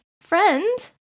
Friend